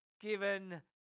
given